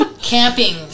Camping